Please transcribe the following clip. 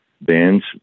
bands